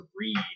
read